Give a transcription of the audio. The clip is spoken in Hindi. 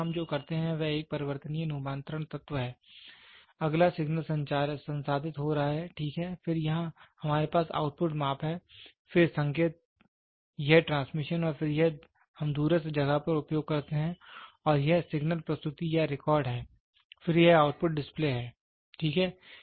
फिर यहां हम जो करते हैं वह एक परिवर्तनीय रुपांतरण तत्व है अगला सिग्नल संसाधित हो रहा है ठीक है फिर यहां हमारे पास आउटपुट माप है फिर संकेत यह ट्रांसमिशन और फिर यहां हम दूरस्थ जगह पर उपयोग करते हैं और यह सिग्नल प्रस्तुति या रिकॉर्ड है फिर यह आउटपुट डिस्प्ले है ठीक है